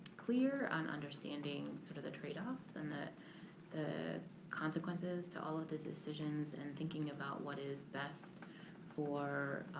clear on understanding sort of the trade-off and the the consequences to all of the decisions, and thinking about what is best for,